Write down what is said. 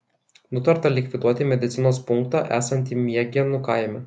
nutarta likviduoti medicinos punktą esantį miegėnų kaime